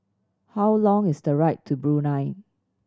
how long is the right to Brunei